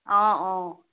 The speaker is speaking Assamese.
অঁ অঁ